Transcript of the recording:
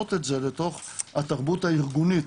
להבנות את זה לתוך התרבות הארגונית,